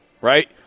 right